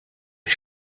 est